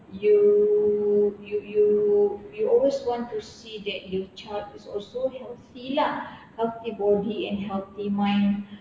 you you you you always want to see that your child is also healthy lah healthy body and healthy mind